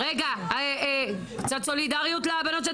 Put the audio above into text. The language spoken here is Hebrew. גם את אמרת בתחילת הדיון,